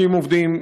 60 עובדים,